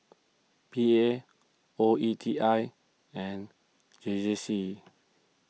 P A O E T I and J J C